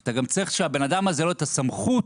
אתה צריך שלבן הזה תהיה הסמכות